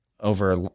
over